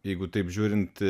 jeigu taip žiūrint